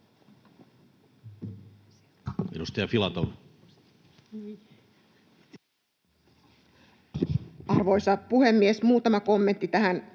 Arvoisa puhemies! Muutama kommentti tähän